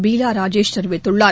பீலா ராஜேஷ் தெரிவித்துள்ளார்